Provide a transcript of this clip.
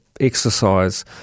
exercise